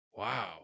Wow